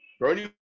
Bernie